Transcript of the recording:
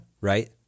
Right